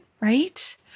right